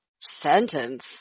sentence